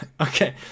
Okay